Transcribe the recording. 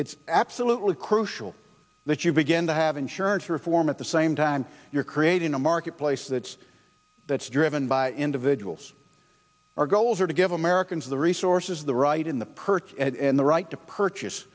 it's absolutely crucial that you begin to have insurance reform at the same time you're creating a marketplace that's that's driven by individuals our goals are to give americans the resources the right in the purchase and the right to purchase